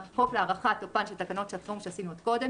החוק להארכת תוקפן של תקנות שעת חירום שעשינו עוד קודם,